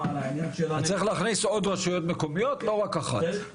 צריך להכניס עוד רשויות מקומיות ולא רק אחת.